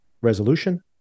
resolution